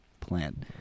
plant